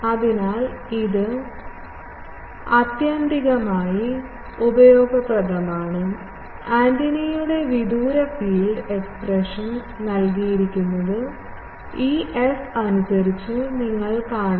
അതിനാൽ ഇത് ആത്യന്തികമായി ഉപയോഗപ്രദമാണ് ആന്റിനയുടെ വിദൂര ഫീൽഡ് എക്സ്പ്രഷൻ നൽകിയിരിക്കുന്നത് ഈ എഫ് അനുസരിച്ച് നിങ്ങൾ കാണുന്നു